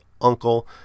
uncle